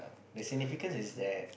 the significance is that